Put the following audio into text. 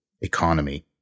economy